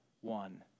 one